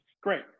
Great